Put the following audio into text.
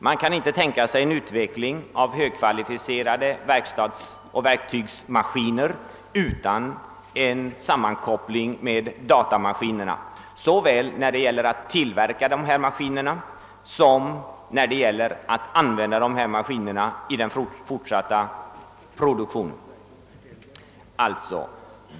Man kan inte tänka sig en utveckling av högkvalificerade verkstadsoch verktygsmaskiner utan en sammankoppling med datamaskinerna när det gäller såväl att tillverka dessa maskiner som att använda dem i den fortsatta produktionen.